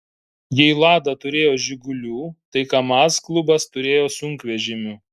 jei lada turėjo žigulių tai kamaz klubas turėjo sunkvežimių